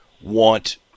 want